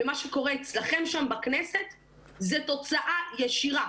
ומה שקורה אצלכם שם בכנסת זה תוצאה ישירה